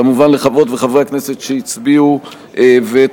כמובן לחברות ולחברי הכנסת שהצביעו ותמכו